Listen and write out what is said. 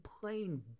plain